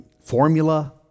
formula